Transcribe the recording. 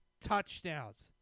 touchdowns